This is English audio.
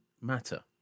matter